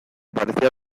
parecía